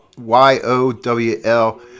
y-o-w-l